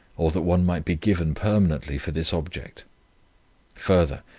or that one might be given permanently for this object further,